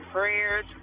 Prayers